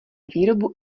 výrobu